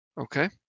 Okay